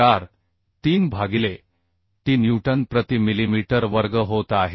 43 भागिले t newton प्रति millimetre वर्ग होत आहे